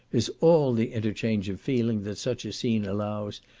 is all the interchange of feeling that such a scene allows,